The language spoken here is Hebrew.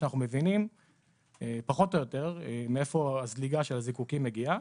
כשאנחנו מבינים פחות או יותר מאיפה הזליגה של הזיקוקין מגיעה.